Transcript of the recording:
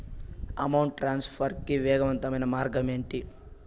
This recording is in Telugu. అమౌంట్ ట్రాన్స్ఫర్ కి వేగవంతమైన మార్గం ఏంటి